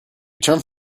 turned